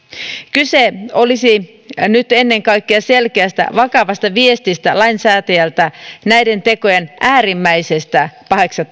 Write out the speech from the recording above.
kyse olisi nyt ennen kaikkea selkeästä vakavasta viestistä lainsäätäjältä näiden tekojen äärimmäisestä